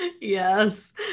Yes